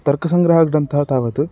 तर्कसङ्ग्रहग्रन्थः तावत्